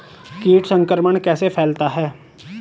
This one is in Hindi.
कीट संक्रमण कैसे फैलता है?